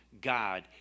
God